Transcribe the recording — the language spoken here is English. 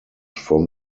from